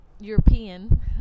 European